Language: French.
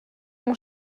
mon